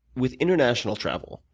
with international travel.